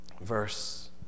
Verse